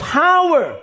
power